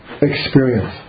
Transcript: experience